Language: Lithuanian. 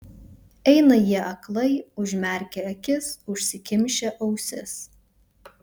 eina jie aklai užmerkę akis užsikimšę ausis